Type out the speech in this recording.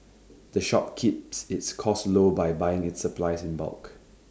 the shop keeps its costs low by buying its supplies in bulk